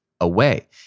away